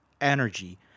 energy